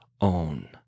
own